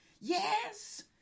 yes